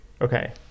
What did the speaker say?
Okay